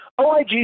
OIG